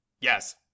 Yes